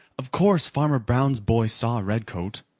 of coarse farmer brown's boy saw redcoat.